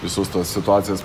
visus tos situacijas